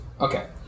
Okay